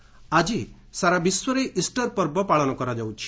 Easter ଆଜି ସାରା ବିଶ୍ୱରେ ଇଷ୍ଟର ପର୍ବ ପାଳନ କରାଯାଉଛି